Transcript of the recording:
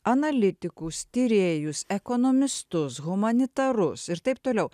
analitikus tyrėjus ekonomistus humanitarus ir taip toliau